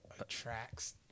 attracts